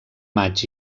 maig